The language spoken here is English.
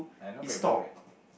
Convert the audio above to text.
I no preference right